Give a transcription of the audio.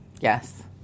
Yes